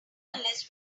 unless